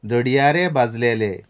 दडयारे भाजलेले